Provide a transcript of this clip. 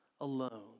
alone